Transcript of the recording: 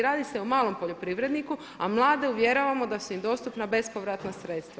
Radi se o malom poljoprivredniku, a mlade uvjeravamo da su im dostupna bespovratna sredstva.